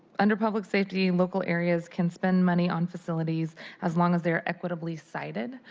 under public safety, local areas can spend money on facilities as long as they are equitably cited,